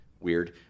weird